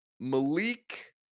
Malik